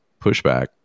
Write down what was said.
pushback